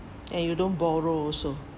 and you don't borrow also